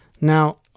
Now